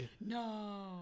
no